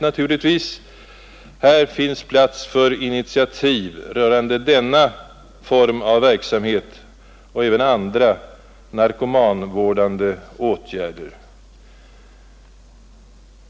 Här finns plats för initiativ rörande denna form av verksamhet och även andra narkomanvårdande åtgärder.